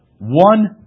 one